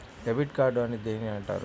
Debit card అని దేనిని అంటారు?